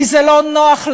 כי זה לא נוח להם.